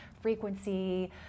frequency